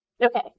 Okay